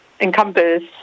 encompass